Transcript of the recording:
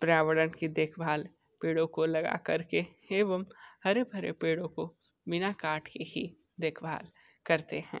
पर्यावरण की देख भाल पेड़ों को लगाकर के एवं हरे भरे पेड़ों को बिना काटे ही देख भाल करते हैं